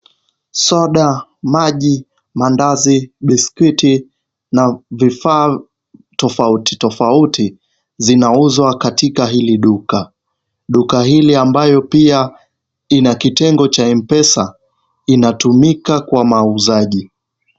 Soda, maji, mandazi, biskuti na vifaa tofauti tofauti zinauzwa katika hili duka, duka hili ambayo pia ina kitengo cha mpesa inatumika kwa mauzaji.